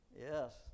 Yes